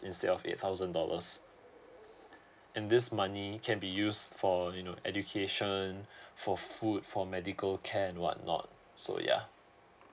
instead of eight thousand dollars and this money can be used for you know education for food for medical care and what not so yeah